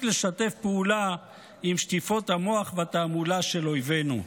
לשתף פעולה עם שטיפות המוח והתעמולה של אויבינו.